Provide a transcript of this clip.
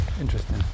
interesting